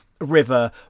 river